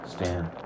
Stand